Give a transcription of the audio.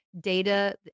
data